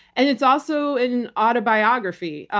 and it's also an autobiography,